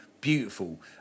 beautiful